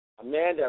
Amanda